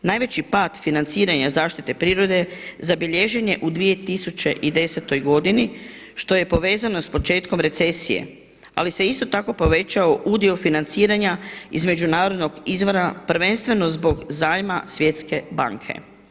Najveći pad financiranja zaštite prirode zabilježen je u 2010. godini što je povezano s početkom recesije, ali se isto tako povećao udio financiranja između … [[Govornica se ne razumije.]] prvenstveno zbog zajma Svjetske banke.